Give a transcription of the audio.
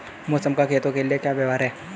मौसम का खेतों के लिये क्या व्यवहार है?